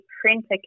printer